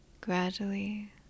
Gradually